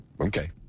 Okay